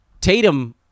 Tatum